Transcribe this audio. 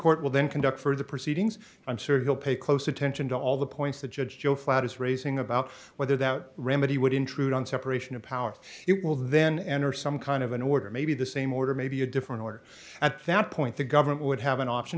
court will then conduct further proceedings i'm sure you'll pay close attention to all the points that judge joe flatus raising about whether that remedy would intrude on separation of powers it will then enter some kind of an order maybe the same order maybe a different order at that point the government would have an option